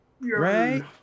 right